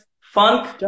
funk